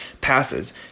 passes